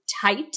Tight